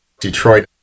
Detroit